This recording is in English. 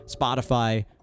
spotify